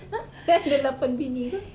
dia ada lapan bini ke